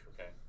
Okay